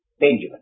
Benjamin